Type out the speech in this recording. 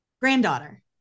Granddaughter